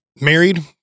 married